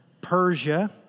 Persia